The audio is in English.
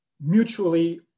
mutually